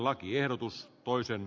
arvoisa puhemies